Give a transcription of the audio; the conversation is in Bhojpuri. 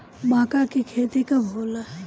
माका के खेती कब होला?